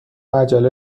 عجله